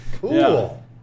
Cool